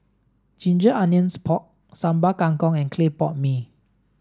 ginger onions pork Sambal Kangkong and clay pot mee